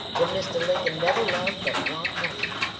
that mr. lincoln never loved but one woman,